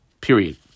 period